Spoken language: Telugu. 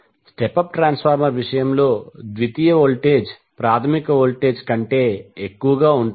స్టెప్ అప్ ట్రాన్స్ఫార్మర్ విషయంలో ద్వితీయ వోల్టేజ్ దాని ప్రాధమిక వోల్టేజ్ కంటే ఎక్కువగా ఉంటుంది